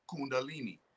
kundalini